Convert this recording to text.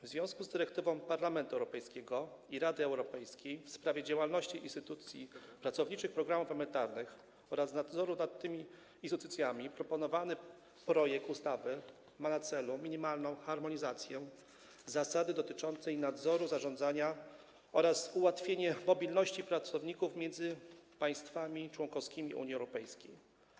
W związku z dyrektywą Parlamentu Europejskiego i Rady Europejskiej w sprawie działalności instytucji pracowniczych programów emerytalnych oraz nadzoru nad takimi instytucjami proponowany projekt ustawy ma na celu minimalną harmonizację zasad dotyczących nadzoru i zarządzania oraz ułatwienie mobilności pracowników między państwami członkowskimi Unii Europejskiej.